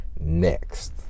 next